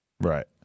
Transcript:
Right